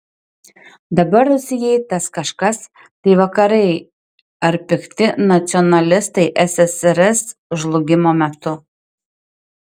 dabar rusijai tas kažkas tai vakarai ar pikti nacionalistai ssrs žlugimo metu